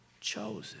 chosen